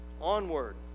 onward